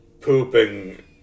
pooping